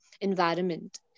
environment